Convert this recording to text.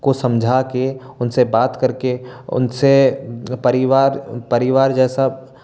को समझा के उनसे बात करके उनसे परिवार परिवार जैसा